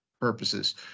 purposes